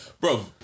bro